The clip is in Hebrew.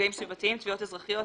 מפגעים סביבתיים (תביעות אזרחיות),